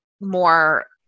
more